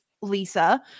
Lisa